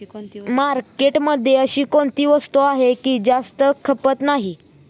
मार्केटमध्ये अशी कोणती वस्तू आहे की जास्त खपत नाही?